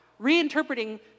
reinterpreting